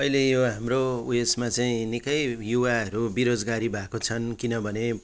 अहिले यो हाम्रो उयेसमा चाहिँ निकै युवाहरू बेरोजगारी भएको छन् किनभने